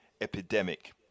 epidemic